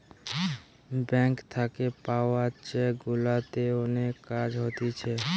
bank থাকে পাওয়া চেক গুলাতে অনেক কাজ হতিছে